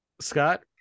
Scott